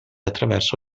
attraverso